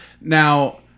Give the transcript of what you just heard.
Now